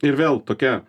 ir vėl tokia